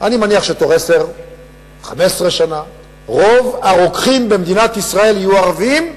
אני מניח שבתוך 10 15 שנה רוב הרוקחים במדינת ישראל יהיו ערבים,